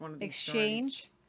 exchange